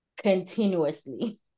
continuously